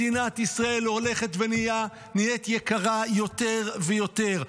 מדינת ישראל הולכת ונהיית יקרה יותר ויותר.